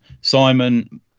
simon